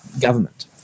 government